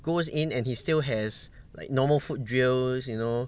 goes in and he still has like normal foot drills you know